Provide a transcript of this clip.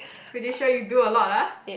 pretty sure you do a lot ah